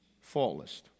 faultless